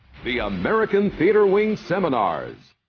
the american theater wing's seminars